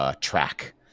track